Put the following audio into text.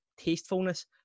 tastefulness